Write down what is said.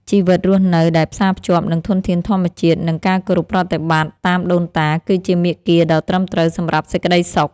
ជីវិតរស់នៅដែលផ្សារភ្ជាប់នឹងធនធានធម្មជាតិ និង ការគោរពប្រតិបត្តិតាមដូនតាគឺជាមាគ៌ាដ៏ត្រឹមត្រូវសម្រាប់សេចក្ដីសុខ។